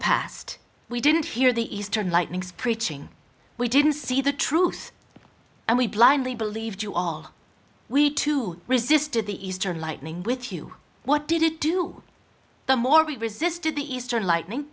past we didn't hear the eastern lightnings preaching we didn't see the truth and we blindly believed you all we to resisted the eastern lightning with you what did it do the more we resisted the eastern lightning